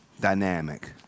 dynamic